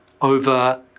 over